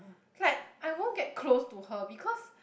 like I won't get close to her because